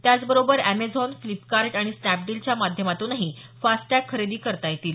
त्याचबरोबर Amazon Flipkart आणि स्नॅपडीलच्या माध्यमातूनही फास्टटॅग खरेदी करता येतील